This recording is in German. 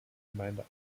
gemeinde